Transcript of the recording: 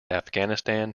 afghanistan